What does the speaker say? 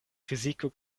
fiziko